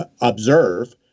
observe